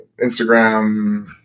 Instagram